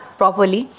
properly